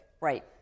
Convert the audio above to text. Right